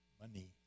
money